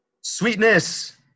Sweetness